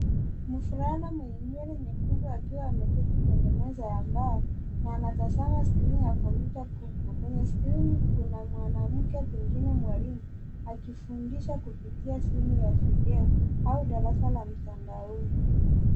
Mvulana mwenye nywele nyekundu akiwa ameketi kwenye meza ya mbao na anatazama skrini ya kompyuta kubwa. Kwenye skrini, kuna mwanamke pengine mwalimu akifundisha kupitia simu ya video au darasa la mtandaoni.